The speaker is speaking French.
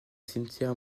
cimetière